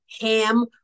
ham